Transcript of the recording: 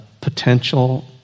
potential